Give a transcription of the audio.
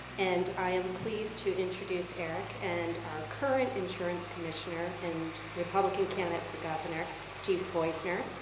and i am pleased to introduce eric and our current insurance commissioner and republican candidate for governor, steve poizner.